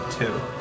two